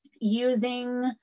using